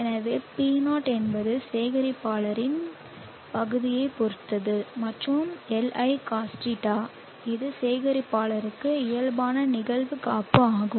எனவே P0 என்பது சேகரிப்பாளரின் பகுதியைப் பொறுத்தது மற்றும் Li cos θ இது சேகரிப்பாளருக்கு இயல்பான நிகழ்வு காப்பு ஆகும்